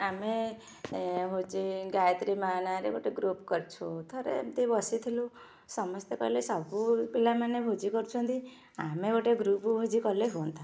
ଆମେ ହଉଛି ଗାୟତ୍ରୀ ମା ନାଁ ରେ ଗୋଟେ ଗ୍ରୁପ କରିଛୁ ଥରେ ଏମିତି ବସିଥିଲୁ ସମସ୍ତେ କହିଲେ ସବୁ ପିଲାମାନେ ଭୋଜି କରୁଛନ୍ତି ଆମେ ଗୋଟେ ଗ୍ରୁପ ଭୋଜି କଲେ ହୁଅନ୍ତା